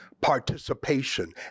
participation